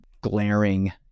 glaring